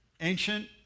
ancient